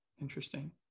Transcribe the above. interesting